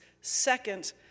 second